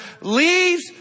leaves